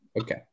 Okay